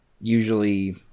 usually